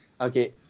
okay